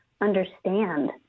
understand